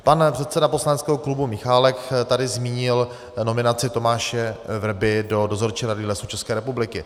Pan předseda poslaneckého klubu Michálek tady zmínil nominaci Tomáše Vrby do Dozorčí rady Lesů České republiky.